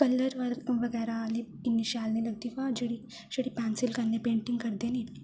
colour बगैरा आह्ली इ'न्नी शैल निं लगदी जेह्ड़ी पेंसिल कन्नै पेंटिंग करदे नी